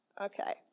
Okay